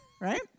right